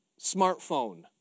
smartphone